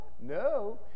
No